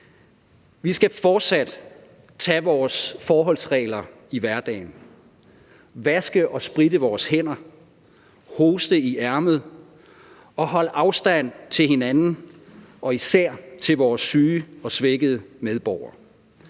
Vi skal fortsat tage vores forholdsregler i hverdagen, vaske og spritte vores hænder, hoste i ærmet og holde afstand til hinanden og især til vores syge og svækkede medborgere.